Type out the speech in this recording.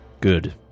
Good